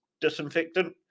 disinfectant